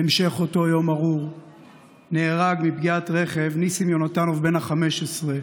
בהמשך אותו יום ארור נהרג מפגיעת רכב ניסים יונתנוב בן ה-15,